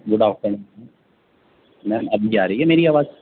good afternoon ma'am میم ابھی آ رہی ہے میری آواز